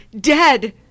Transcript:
dead